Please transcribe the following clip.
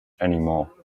anymore